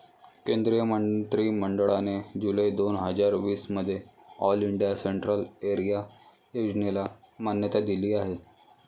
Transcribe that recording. केंद्रीय मंत्रि मंडळाने जुलै दोन हजार वीस मध्ये ऑल इंडिया सेंट्रल एरिया योजनेला मान्यता दिली आहे